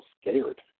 scared